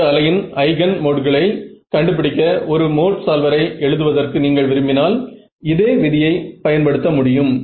ஒரு அலையின் ஐகென் மோட்களை கண்டுபிடிக்க ஒரு மோட் சால்வரை எழுதுவதற்கு நீங்கள் விரும்பினால் இதே விதியை பயன் படுத்த முடியும்